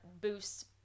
boost